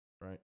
right